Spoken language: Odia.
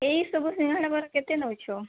ଏଇସବୁ ସିଙ୍ଗଡ଼ା ବରା କେତେ ନେଉଛ